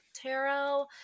tarot